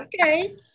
okay